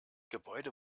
gebäude